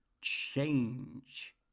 change